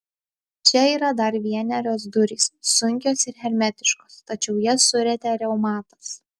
čia yra dar vienerios durys sunkios ir hermetiškos tačiau jas surietė reumatas